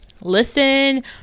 Listen